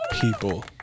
people